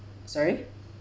sorry